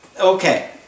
Okay